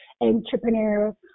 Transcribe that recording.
entrepreneur